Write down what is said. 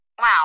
Wow